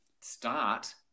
start